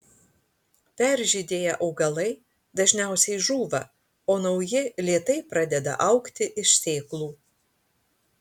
peržydėję augalai dažniausiai žūva o nauji lėtai pradeda augti iš sėklų